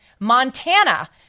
Montana